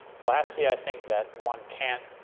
lastly, i think that one can't